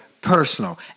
personal